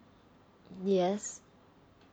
yes